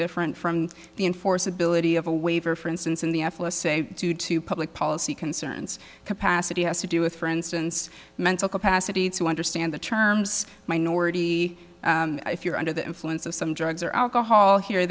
different from the enforceability of a waiver for instance in the us a due to public policy concerns capacity has to do with for instance mental capacity to understand the terms minority if you're under the influence of some drugs or alcohol here